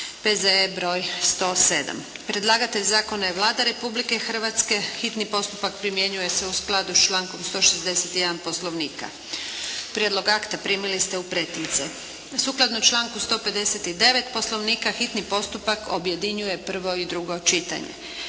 P.Z.E. br. 107 Predlagatelj zakona je Vlada Republike Hrvatske. Hitni postupak primjenjuje se u skladu s člankom 161. Poslovnika. Prijedlog akta primili ste u pretince. Sukladno članku 159. Poslovnika, hitni postupak objedinjuje prvo i drugo čitanje